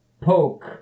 poke